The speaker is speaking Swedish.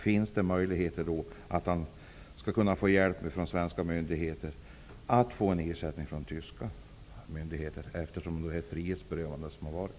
Finns det möjlighet för honom att få hjälp av svenska myndigheter att få ersättning från de tyska myndigheterna för frihetsberövandet?